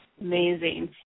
Amazing